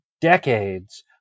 decades